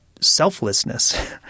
selflessness